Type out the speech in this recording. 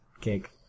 cake